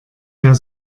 mehr